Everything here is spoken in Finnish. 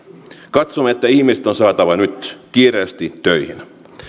katsomme että ihmiset on saatava nyt kiireesti töihin